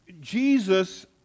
Jesus